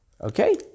Okay